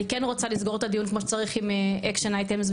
אני כן רוצה לסגור את הדיון כמו שצריך עם אקשן אייטמס,